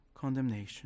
condemnation